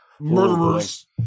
murderers